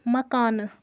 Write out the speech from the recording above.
مکانہٕ